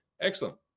excellent